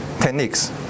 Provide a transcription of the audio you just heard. techniques